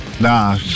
Nah